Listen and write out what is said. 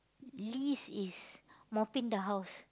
least is mopping the house